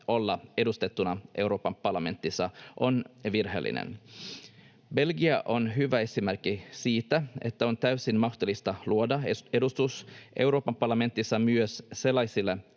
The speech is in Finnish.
olla edustettuna Euroopan parlamentissa, on virheellinen. Belgia on hyvä esimerkki siitä, että on täysin mahdollista luoda edustus Euroopan parlamentissa myös sellaisille